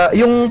yung